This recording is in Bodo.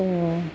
दङ